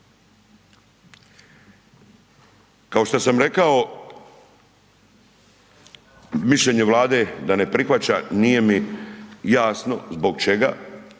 Kao što sam rekao mišljenje Vlade da ne prihvaća nije mi jasno zbog čega